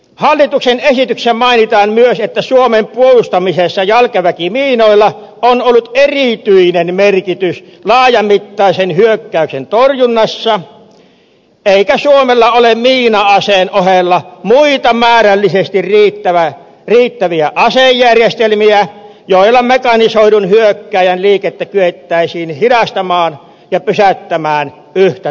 hallituksen esityksessä mainitaan myös että suomen puolustamisessa jalkaväkimiinoilla on ollut erityinen merkitys laajamittaisen hyök käyksen torjunnassa eikä suomella ole miina aseen ohella muita määrällisesti riittäviä asejärjestelmiä joilla mekanisoidun hyökkääjän liikettä kyettäisiin hidastamaan ja pysäyttämään yhtä tehokkaasti